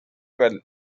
were